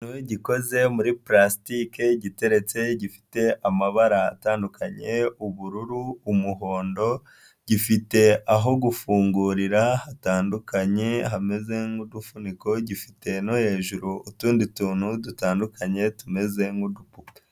Gikoze muri pulastike giteretse gifite amabara atandukanye, ubururu, umuhondo, gifite aho gufungurira hatandukanye hameze nk'udufuniko, gifite no hejuru utundi tuntu dutandukanye tumeze nk'udupupe.